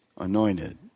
anointed